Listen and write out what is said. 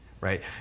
right